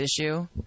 issue